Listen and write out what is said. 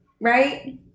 right